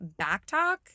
backtalk